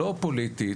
לא פוליטית,